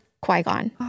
Qui-Gon